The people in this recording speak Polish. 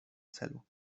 celu